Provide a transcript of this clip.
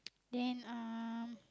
then um